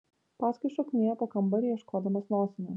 paskui šokinėja po kambarį ieškodamas nosinės